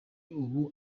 ubu